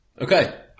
Okay